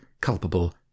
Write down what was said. culpable